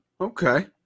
Okay